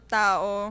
tao